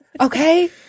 okay